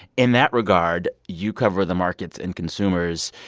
in that regard, you cover the markets and consumers.